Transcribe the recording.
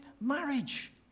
marriage